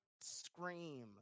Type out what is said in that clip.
scream